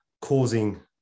causing